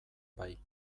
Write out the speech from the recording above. bai